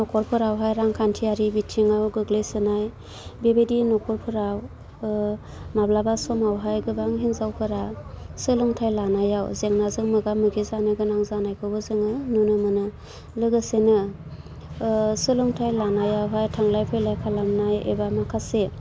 नखरफोरावहाय रांखान्थियारि बिथिंआव गोग्लैसोनाय बेबायदि नखरफोराव माब्लाबा समावहाय गोबां हिन्जावफोरा सोलोंथाइ लानायाव जेंनाजों मोगा मोगि जानो गोनां जानायखौबो जोङो नुनो मोनो लोगोसेनो सोलोंथाइ लानायावहाय थांलाय फैलाय खालामनाय एबा माखासे